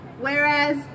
Whereas